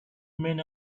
men